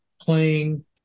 playing